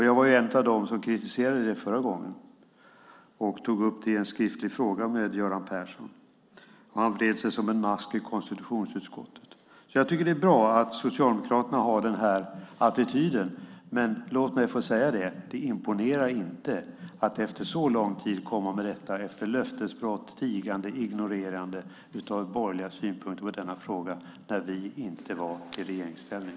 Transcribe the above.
Jag var en av dem som kritiserade det förra gången, och jag tog upp det i en skriftlig fråga till Göran Persson. Han vred sig som en mask i konstitutionsutskottet. Jag tycker därför att det är bra att Socialdemokraterna har den här attityden, men låt mig få säga att det inte imponerar att efter så lång tid komma med detta - efter löftesbrott, tigande och ignorerande av borgerliga synpunkter på denna fråga när vi inte var i regeringsställning.